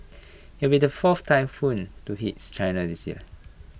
IT will be the fourth typhoon to hits China this year